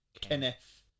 Kenneth